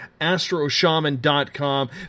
astroshaman.com